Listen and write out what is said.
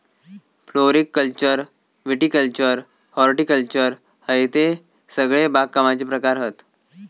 floriculture viticulture horticulture हयते सगळे बागकामाचे प्रकार हत